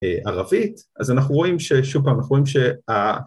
ערבית, אז אנחנו רואים ששוב פעם אנחנו רואים שה